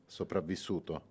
sopravvissuto